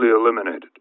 eliminated